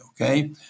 okay